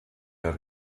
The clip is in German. der